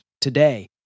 today